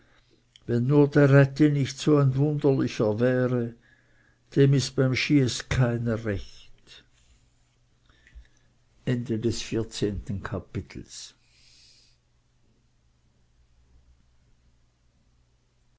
wenn nur der ätti nicht so ein wunderlicher wäre dem ist bim schieß keiner recht